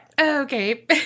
Okay